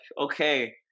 okay